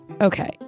okay